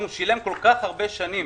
אם שילם כל כך הרבה שנים